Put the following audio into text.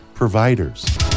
providers